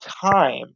time